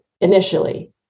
initially